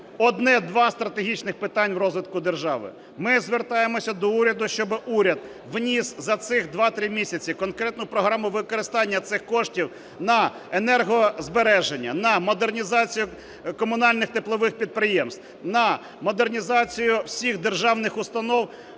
одне-два стратегічних питань розвитку держави. Ми звертаємося до уряду, щоби уряд вніс за цих 2-3 місяці конкретну програму використання цих коштів на енергозбереження, на модернізацію комунальних теплових підприємств, на модернізацію всіх державних установ,